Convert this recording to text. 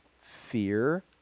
Fear